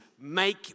make